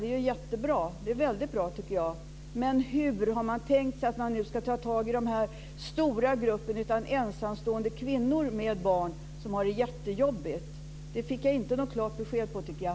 Det är väldigt bra, tycker jag. Men hur har man tänkt sig att man nu ska ta tag i den stora grupp av ensamstående kvinnor med barn som har det jättejobbigt? Det fick jag inte något klart besked om, tycker jag.